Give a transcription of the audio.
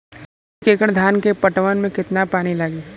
एक एकड़ धान के खेत के पटवन मे कितना पानी लागि?